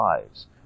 lives